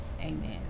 Amen